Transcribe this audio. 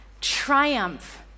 triumph